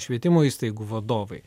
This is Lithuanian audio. švietimo įstaigų vadovai